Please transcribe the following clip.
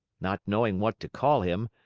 not knowing what to call him,